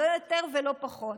לא יותר ולא פחות.